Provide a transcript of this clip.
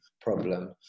problem